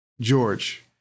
George